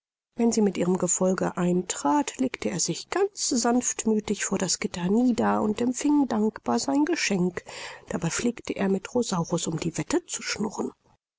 wenn sie mit ihrem gefolge eintrat legte er sich ganz sanftmüthig vor das gitter nieder und empfing dankbar sein geschenk dabei pflegte er mit rosaurus um die wette zu schnurren